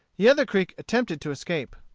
the other creek attempted to escape,